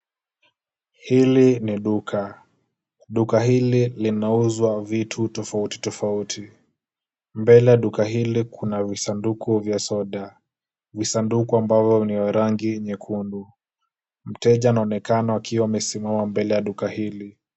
Hili ni duka. Duka hili linauzwa vitu tofauti tofauti. Mbele ya duka hili kuna visanduku vya soda, visanduku ambavyo ni ya rangi nyekundu. Mteja anaonekana akiwa amesimama mbele ya duka hili.